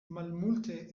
malmulte